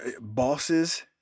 bosses